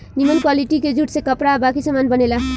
निमन क्वालिटी के जूट से कपड़ा आ बाकी सामान बनेला